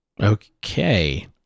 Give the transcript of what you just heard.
okay